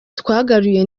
twagaruye